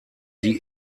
die